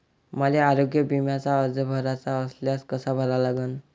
मले आरोग्य बिम्याचा अर्ज भराचा असल्यास कसा भरा लागन?